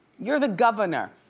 you're the governor,